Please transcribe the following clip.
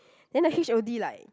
then the H_O_D like